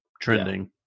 Trending